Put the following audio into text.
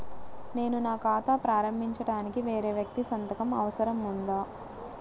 నేను ఖాతా ప్రారంభించటానికి వేరే వ్యక్తి సంతకం అవసరం ఉందా?